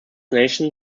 nation